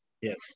Yes